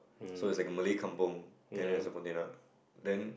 so it's like a Malay kampung and there's a Pontianak then